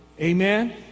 Amen